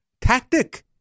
tactic